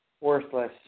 worthless